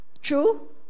True